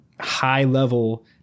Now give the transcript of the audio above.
high-level